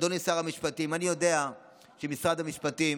אדוני שר המשפטים, אני יודע שמשרד המשפטים